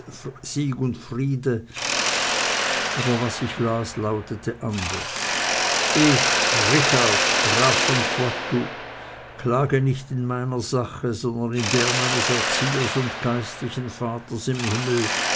und friede aber was ich las lautete anders ich richard graf von poitou klage nicht in mei ner sache sondern in der meines erziehers und geistlichen vaters im himmel